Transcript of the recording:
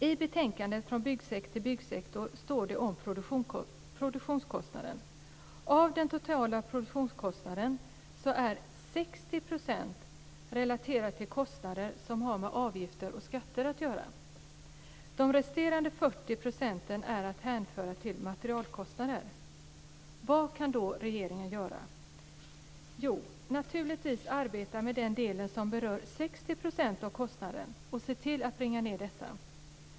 I betänkandet Från byggsektor till byggsektor står det om produktionskostnaden: Av den totala produktionskostnaden är 60 % relaterade till kostnader som har med skatter och avgifter att göra. De resterande 40 procenten är att relatera till materialkostnader. Vad kan då regeringen göra? Jo, naturligtvis arbeta med den del som berör 60 % av kostnaden och se till att bringa ned denna.